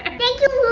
ah thank you,